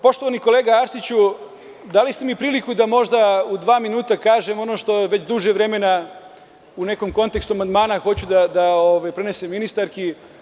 Poštovani kolega Arsiću, dali ste mi priliku da možda u dva minuta kažem ono što je već duže vremena u nekom kontekstu amandmana hoću da prenesem ministarki.